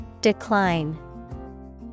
Decline